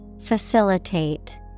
Facilitate